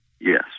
Yes